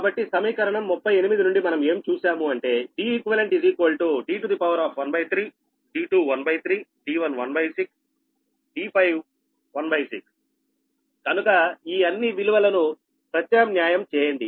కాబట్టి సమీకరణం 38 నుండి మనం ఏం చూశాము అంటే Deq D13d213d116d516 కనుక ఈ అన్ని విలువలను ప్రత్యామ్న్యాయం చేయండి